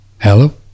Hello